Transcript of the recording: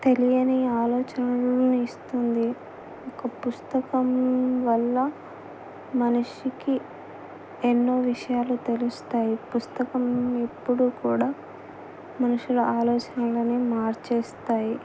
తెలియని ఆలోచనను ఇస్తుంది ఒక పుస్తకం వల్ల మనిషికి ఎన్నో విషయాలు తెలుస్తాయి పుస్తకం ఎప్పుడూ కూడా మనుషుల ఆలోచనలనే మార్చేస్తాయి